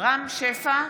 רם שפע,